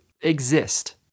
exist